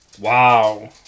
Wow